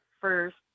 first